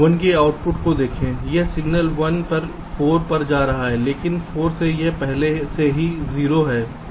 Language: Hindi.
1 के आउटपुट को देखें यह सिग्नल 1 पर 4 पर जा रहा है लेकिन 4 से यह पहले से ही 0 पर है